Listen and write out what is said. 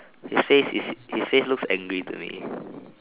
his face his face looks angry to me